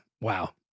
Wow